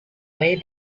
way